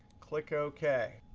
click ok.